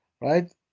right